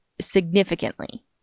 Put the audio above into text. significantly